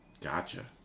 Gotcha